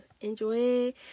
enjoy